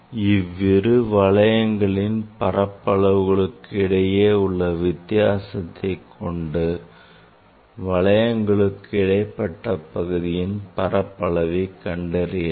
இவ்விரு வளையங்களின் பரப்பளவுகளுக்கு இடையே உள்ள வித்தியாசத்தை கொண்டு வளையங்களுக்கு இடைப்பட்ட பகுதியின் பரப்பளவை கண்டறியலாம்